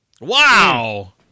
Wow